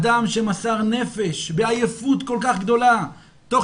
אדם שמסר-נפש בעייפות כל כך גדולה תוך